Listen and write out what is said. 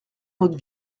notre